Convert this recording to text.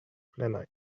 plenaj